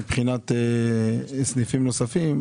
מבחינת סניפים נוספים.